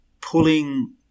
pulling